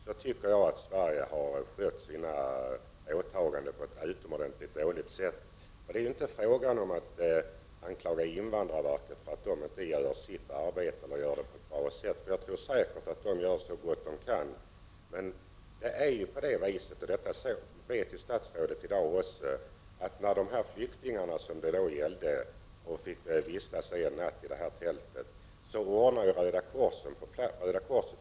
Då tycker jag att Sverige har skött sina åtagande på ett utomordentligt dåligt sätt. Det är inte fråga om att anklaga invandrarverket för att man inte gör sitt arbete eller för att man inte gör sitt arbete på ett bra sätt. Jag tror säkert att man gör så gott man kan. Men det är ändå så, och detta vet också statsrådet i dag, att Röda korset när det gäller de flyktingar i Eslöv som under en natt fick vistats i tält, var på plats och kunde ordna med förläggning i bostäder.